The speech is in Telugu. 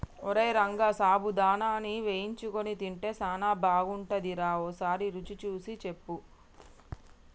ఓరై రంగ సాబుదానాని వేయించుకొని తింటే సానా బాగుంటుందిరా ఓసారి రుచి సూసి సెప్పు